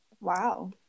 wow